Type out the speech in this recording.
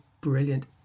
brilliant